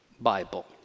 Bible